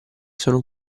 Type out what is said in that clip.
sono